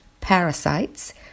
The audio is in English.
Parasites